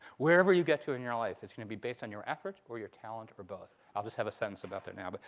wherever you get to in your life, it's going to be based on your effort or your talent or both. i'll just have a sentence about that now. but